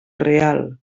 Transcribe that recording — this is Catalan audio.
real